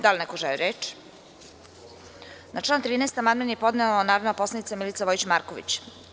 Da li neko želi reč?(Ne) Na član 13. amandman je podnela narodna poslanica Milica Vojić Marković.